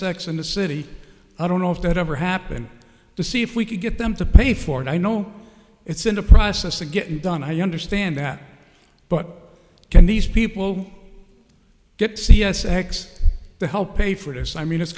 sex in the city i don't know if that ever happened to see if we could get them to pay for it i know it's in the process of getting it done i understand that but can these people get c s acts to help pay for this i mean it's